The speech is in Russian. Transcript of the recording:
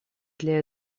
для